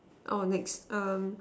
oh next um